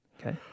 Okay